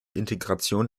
integration